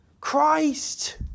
Christ